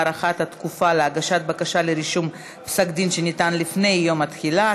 הארכת התקופה להגשת בקשה לרישום פסק דין שניתן לפני יום התחילה),